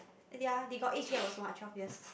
and their they got age gap also what twelve years